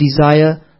desire